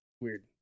Weird